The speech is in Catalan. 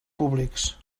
públics